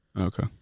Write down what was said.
Okay